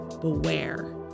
beware